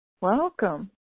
Welcome